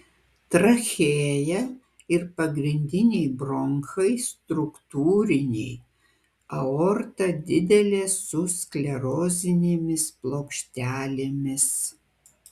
trachėja ir pagrindiniai bronchai struktūriniai aorta didelė su sklerozinėmis plokštelėmis